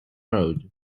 road